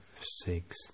six